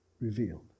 revealed